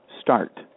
start